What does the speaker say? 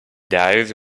dies